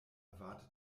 erwarte